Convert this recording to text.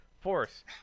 Force